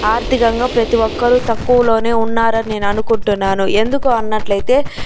ఆర్ధికంగా ప్రతి ఒక్కరు తక్కువలోనే ఉన్నారని నేను అనుకుంటున్నాను ఎందుకు అన్నట్లయితే